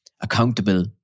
accountable